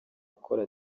akora